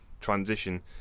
transition